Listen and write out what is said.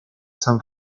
san